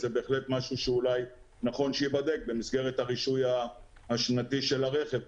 זה משהו שנכון שייבדק במסגרת הרישוי השנתי של הרכב,